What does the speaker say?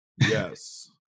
Yes